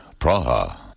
Praha